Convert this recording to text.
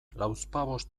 lauzpabost